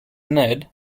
ned